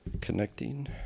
Connecting